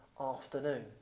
afternoon